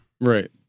Right